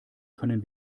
können